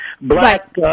black